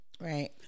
Right